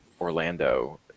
Orlando